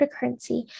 cryptocurrency